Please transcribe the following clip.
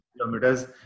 kilometers